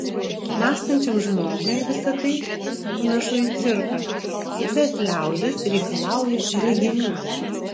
mąstančiam žmogui visa tai panašu į cirką bet liaudis reikalauja reginių